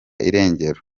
irengero